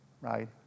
right